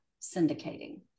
syndicating